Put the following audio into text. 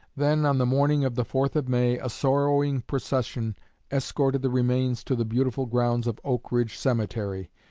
then, on the morning of the fourth of may, a sorrowing procession escorted the remains to the beautiful grounds of oak ridge cemetery,